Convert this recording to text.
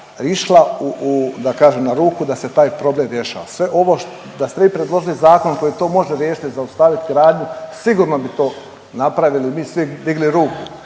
kažem na ruku da se taj problem rješava. Sve ovo da ste vi predložili zakon koji to može riješiti i zaustavit gradnju sigurno bi to napravili mi bi svi digli ruku.